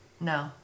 No